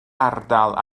ardal